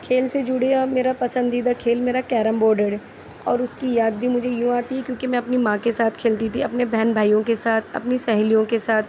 کھیل سے جڑی آب میرا پسندیدہ کھیل میرا کیرم بورڈر ہے اور اس کی یاد بھی مجھے یوں آتی ہے کیونکہ میں اپنی ماں کے ساتھ کھیلتی تھی اپنے بہن بھائیوں کے ساتھ اپنی سہیلیوں کے ساتھ